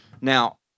Now